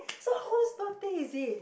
so who's birthday is it